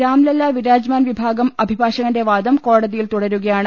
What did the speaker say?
രാംലല്ല വിരാജ്മാൻ വിഭാഗം അഭിഭാഷ്കുന്റെ വാദം കോടതിയിൽ തുടരുകയാണ്